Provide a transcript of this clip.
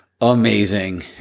amazing